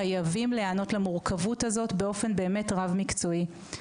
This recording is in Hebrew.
אנחנו חייבים להיענות למורכבות הזאת באופן באמת רב-מקצועי.